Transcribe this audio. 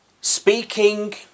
Speaking